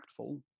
impactful